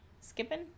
Skipping